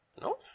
No